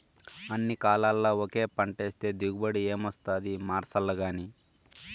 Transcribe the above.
అన్ని కాలాల్ల ఒకే పంటైతే దిగుబడి ఏమొస్తాది మార్సాల్లగానీ